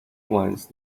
ones